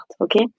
okay